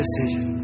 decision